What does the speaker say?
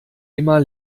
immer